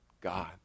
God